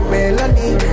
Melanie